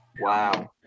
Wow